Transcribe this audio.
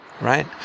Right